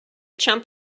chump